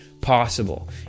possible